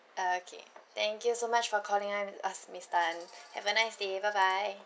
okay thank you so much for calling in us miss tan have a nice day bye bye